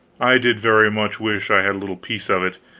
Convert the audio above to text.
i did very much wish i had a little piece of it.